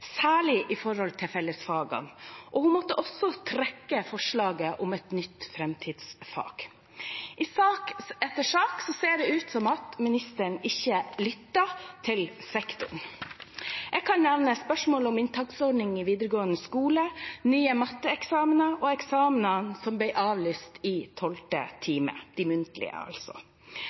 særlig om fellesfagene, og hun måtte også trekke forslaget om et nytt framtidsfag. I sak etter sak ser det ut som at ministeren ikke lytter til sektoren. Jeg kan nevne spørsmålet om inntaksordningen i videregående skole, nye matteeksamener og eksamener som ble avlyst i tolvte time – de muntlige, altså.